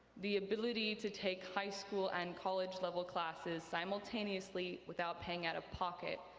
the ability to take high school and college level classes simultaneously without paying out of pocket.